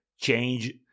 change